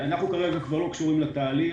אנחנו כרגע כבר לא קשורים לתהליך.